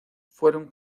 fueron